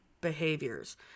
behaviors